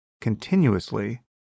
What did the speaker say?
continuously